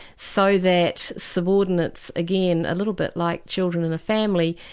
so that subordinates, again a little bit like children in a family,